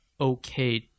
okay